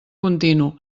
continu